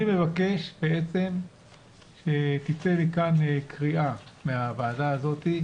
אני מבקש שתצא מכאן קריאה, מהוועדה הזאת,